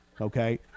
Okay